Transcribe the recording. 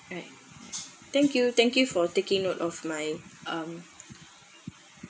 thank you thank you for taking note of my um